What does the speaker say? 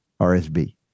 rsb